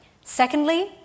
Secondly